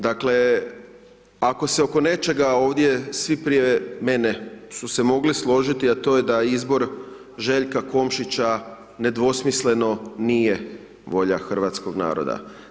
Dakle, ako se oko nečega ovdje, svi prije mene su se mogli složiti, a to je da izbor Željka Komšića nedvosmisleno nije volja hrvatskog naroda.